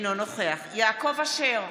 אינו נוכח יעקב אשר,